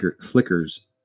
flickers